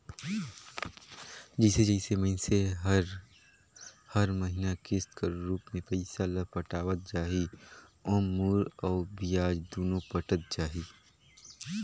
जइसे जइसे मइनसे हर हर महिना किस्त कर रूप में पइसा ल पटावत जाही ओाम मूर अउ बियाज दुनो पटत जाही